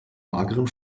mageren